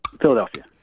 Philadelphia